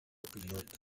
piloto